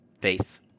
faith